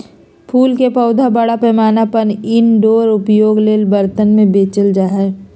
फूल के पौधा बड़ा पैमाना पर इनडोर उपयोग ले बर्तन में बेचल जा हइ